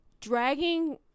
dragging